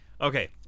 Okay